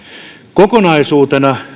kokonaisuutena